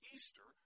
Easter